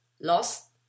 lost